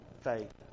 faith